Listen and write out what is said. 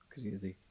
Crazy